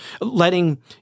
letting